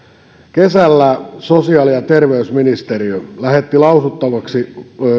kesällä sosiaali ja terveysministeriö lähetti lausuttavaksi